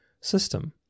system